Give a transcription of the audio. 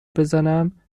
بزنم